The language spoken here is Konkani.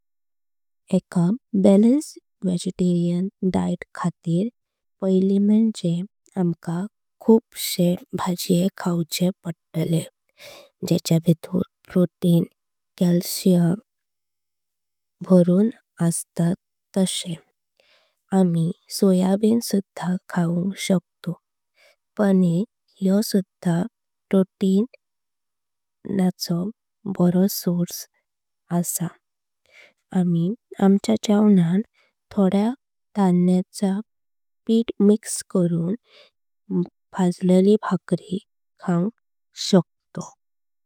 एका बैलन्स वेजेटेरियन डायेट खातार पयली म्हांजे। आमका खूप शें भाजीये खाचें पडतले जेंच्य भितर। प्रोटीइन भरून अस्तात तस्शे। आमी सोयाबीन सुध्हा खाऊंक शकतोपनीर यो। सुध्हा प्रोटीइन आणि फायबर। असलोलो एक बारो प्रॉडक्ट आमी आमच्य। जेवणांत थोड्य धान्याचा पीठ मिक्स करून। भज्लाली भाकरी खाऊंक शकतो।